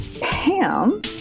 Pam